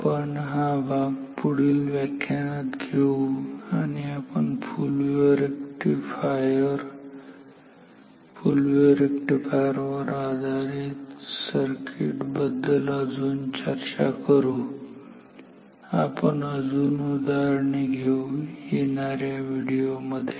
आपण हा भाग पुढील व्याख्यानात घेऊ आणि आपण full wave rectifier full wave rectifier वर आधारित सर्किट बद्दल अजून चर्चा करू आपण अजून उदाहरणे घेऊ येणाऱ्या व्हिडिओ मध्ये